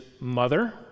mother